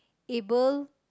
able